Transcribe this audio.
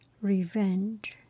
Revenge